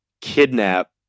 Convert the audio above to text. kidnap